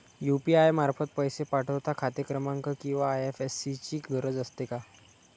UPI मार्फत पैसे पाठवता खाते क्रमांक किंवा आय.एफ.एस.सी ची गरज असते का?